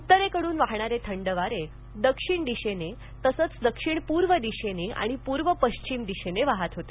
उत्तरेकडून वाहणारे थंड वारे दक्षिण दिशेने तसेच दक्षिण पूर्व दिशेने आणि पूर्व पश्चिम दिशेने वाहत होते